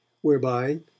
whereby